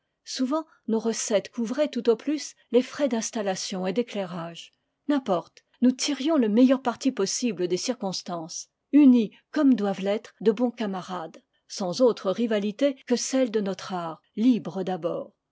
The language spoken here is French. souvent nos recettes couvraient tout au plus les frais d'installation et d'éclairage n'importe nous tirions le meilleur parti possible des circonstances unis comme doivent l'être de bons camarades sans autres rivalités que celles de notre art libres d'abord